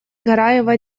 гараева